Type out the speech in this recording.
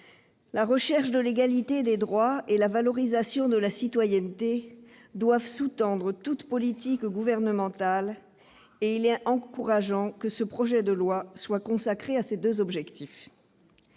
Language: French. La recherche de l'égalité des droits et la valorisation de la citoyenneté doivent sous-tendre toute politique gouvernementale, et il est encourageant que ces deux objectifs